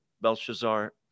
Belshazzar